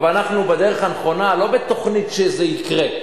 אבל אנחנו בדרך הנכונה, לא בתוכנית שזה יקרה.